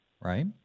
Right